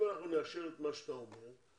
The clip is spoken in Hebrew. נאשר את מה שאתה אומר,